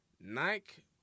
Nike